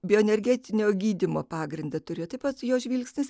bioenergetinio gydymo pagrindą turi tai pat jo žvilgsnis